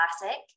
classic